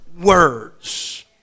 words